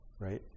right